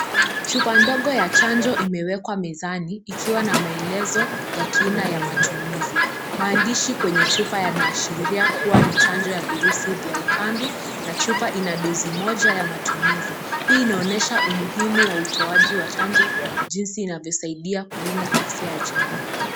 Chupa ndogo ya chanjo imewekwa mezani ikiwa na maelezo ya kina ya matumizi. Maandishi kwenye chupa yanaashiria kuwa ni chanjo ya virusi vya Ukambi na chupa ina dozi moja ya matumizi. Hii inaonyesha umuhimu wa utoaji wa chanjo jinsi inavyosaidia kulinda afya ya jamii.